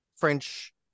French